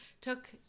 took